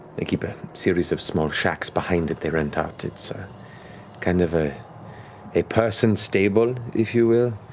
they keep a series of small shacks behind it they rent out. it's kind of ah a person stable, if you will.